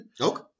Okay